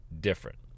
different